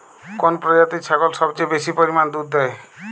কোন প্রজাতির ছাগল সবচেয়ে বেশি পরিমাণ দুধ দেয়?